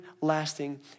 lasting